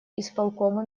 исполкома